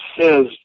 says